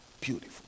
Beautiful